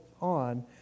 on